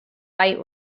fight